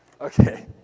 Okay